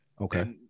Okay